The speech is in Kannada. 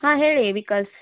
ಹಾಂ ಹೇಳಿ ವಿಕಾಸ್